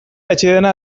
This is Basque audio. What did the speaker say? atsedena